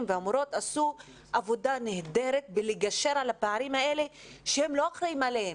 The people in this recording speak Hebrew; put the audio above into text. והמורות עשו עבודה נהדרת בלגשר על הפערים האלה שהם לא אחראים עליהם.